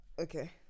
okay